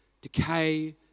decay